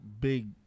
big